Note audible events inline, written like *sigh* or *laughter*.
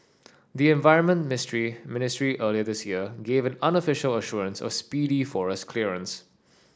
the environment *unintelligible* ministry earlier this year gave an unofficial assurance of speedy forest clearance